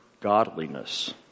godliness